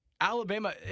Alabama